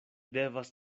devas